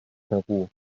peru